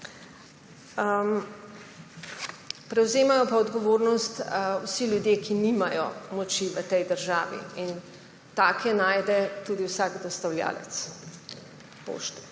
Prevzemajo pa odgovornost vsi ljudje, ki nimajo moči v tej državi, in take najde tudi vsak dostavljavec pošte.